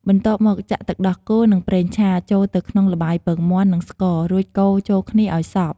បន្ទាប់មកចាក់ ទឹកដោះគោ និង ប្រេងឆា ចូលទៅក្នុងល្បាយពងមាន់ និងស្ករ រួចកូរចូលគ្នាឱ្យសព្វ។